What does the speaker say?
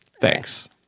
Thanks